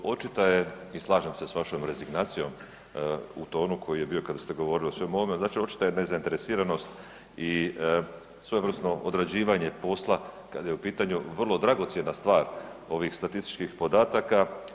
Očita je i slažem se s vašom rezignacijom u tonu koji je bio kada ste govorili o svemu ovome, znači očita je nezainteresiranost i svojevrsno odrađivanje posla kada je u pitanju vrlo dragocjena stvar ovih statističkih podataka.